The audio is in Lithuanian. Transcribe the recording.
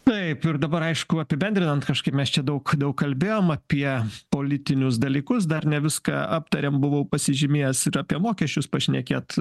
taip ir dabar aišku apibendrinant kažkaip mes čia daug daug kalbėjom apie politinius dalykus dar ne viską aptarėm buvau pasižymėjęs ir apie mokesčius pašnekėt